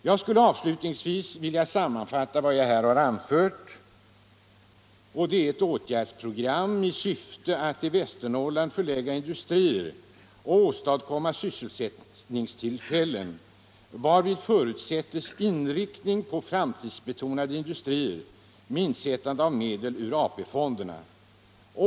Jag skulle avslutningsvis vilja sammanfatta vad jag här har anfört med ett åtgärdsprogram i syfte att till Västernorrland förlägga industrier och åstadkomma sysselsättningstillfällen, varvid förutsätts inriktning på framtidsbetonade industrier med insättande av medel ur AP-fonderna.